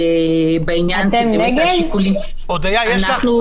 אודיה איפרגן, יש לך הערות להצעת חוק הזאת?